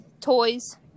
Toys